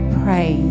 pray